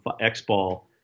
X-Ball